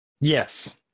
Yes